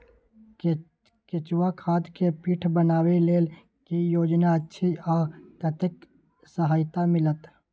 केचुआ खाद के पीट बनाबै लेल की योजना अछि आ कतेक सहायता मिलत?